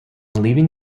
leaving